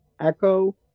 echo